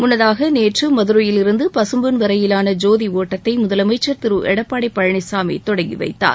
முன்னதாக நேற்று மதுரையிலிருந்து பசும்பொன் வரையிலான ஜோதி ஒட்டத்தை முதலமைச்சர் திரு எடப்பாடி பழனிசாமி தொடங்கி வைத்தார்